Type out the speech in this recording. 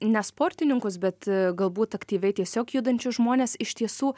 ne sportininkus bet galbūt aktyviai tiesiog judančius žmones iš tiesų